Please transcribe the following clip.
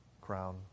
crown